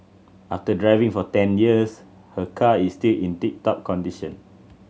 after driving for ten years her car is still in tip top condition